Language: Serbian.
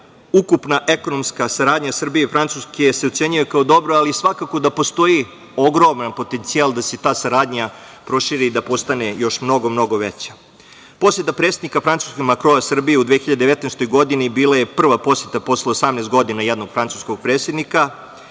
ukupna ekonomska saradnja Srbije i Francuske se ocenjuje kao dobra, ali svakako da postoji ogroman potencijal da se ta saradnja proširi i da postane još mnogo, mnogo veća. Poseta predsednika Francuske Makrona Srbiji u 2019. godini bila je prva poseta posle 18 godina jednog francuskog predsednika